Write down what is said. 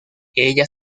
ella